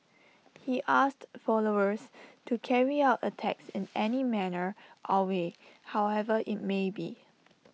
he asked followers to carry out attacks in any manner or way however IT may be